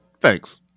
thanks